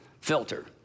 filter